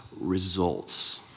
results